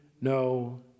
no